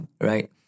right